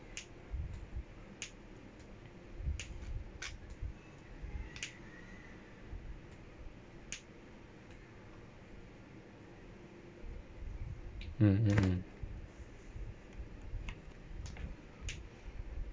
mmhmm mm